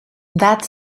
that